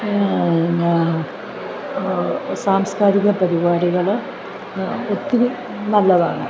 പിന്നെ സാംസ്കാരിക പരിപാടികൾ ഒത്തിരി നല്ലതാണ്